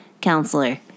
counselor